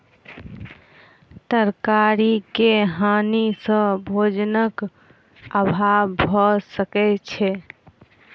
तरकारी के हानि सॅ भोजनक अभाव भअ सकै छै